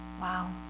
Wow